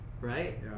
Right